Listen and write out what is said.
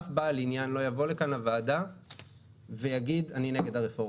אף בעל עניין לא יבוא לכאן לוועדה ויגיד: אני נגד הרפורמה,